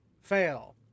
fail